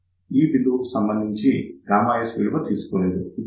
ఈ బిందువు కు సంబంధించి S విలువ తీసుకోలేదు